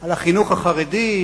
על החינוך החרדי,